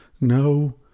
no